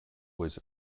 was